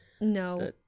No